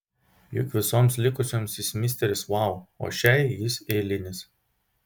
juk visoms likusioms jis misteris vau o šiai jis eilinis